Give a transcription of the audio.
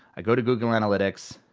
i go to google analytics,